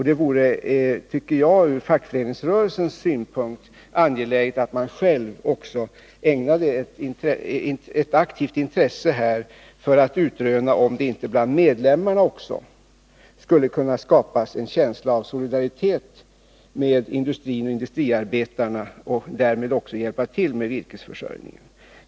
Det vore angeläget, tycker jag, att fackföreningsrörelsen ägnade problemet ett aktivt intresse för att utröna om det inte också bland medlemmarna skulle kunna skapas en känsla av solidaritet med industrin och industriarbetarna för att hjälpa till med virkesförsörjningen.